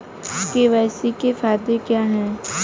KYC के फायदे क्या है?